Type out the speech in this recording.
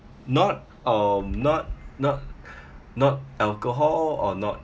not um not not not alcohol or not